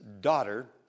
daughter